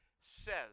says